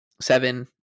seven